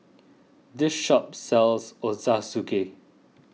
this shop sells Ochazuke